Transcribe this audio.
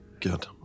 Good